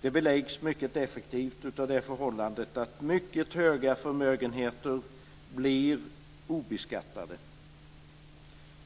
Det beläggs mycket effektivt av förhållandet att mycket höga förmögenheter blir obeskattade